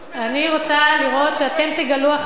אני רוצה לראות שאתם תגלו אחריות,